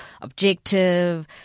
objective